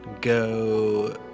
go